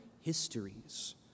histories